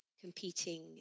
competing